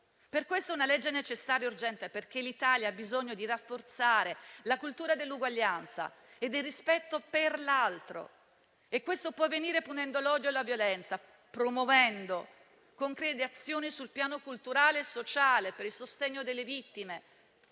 Per questo è una legge necessaria e urgente, perché l'Italia ha bisogno di rafforzare la cultura dell'uguaglianza e del rispetto per l'altro e questo può avvenire punendo l'odio e la violenza, promuovendo concrete azioni sul piano culturale e sociale per il sostegno delle vittime,